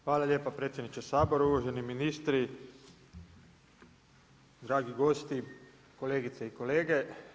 Hvala lijepa predsjedniče Sabora, uvaženi ministri, dragi gosti, kolegice i kolege.